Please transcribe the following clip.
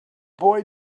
boy